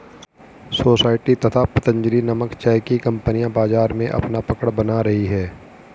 society तथा पतंजलि नामक चाय की कंपनियां बाजार में अपना पकड़ बना रही है